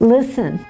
Listen